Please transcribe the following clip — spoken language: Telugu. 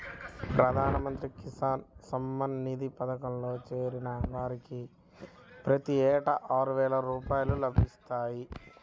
ప్రధాన మంత్రి కిసాన్ సమ్మాన్ నిధి పథకంలో చేరిన వారికి ప్రతి ఏటా ఆరువేల రూపాయలు లభిస్తాయి